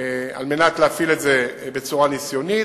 על מנת להפעיל את זה בצורה ניסיונית.